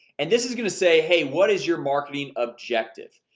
and this is gonna say. hey. what is your marketing? objective,